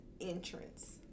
entrance